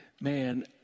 Man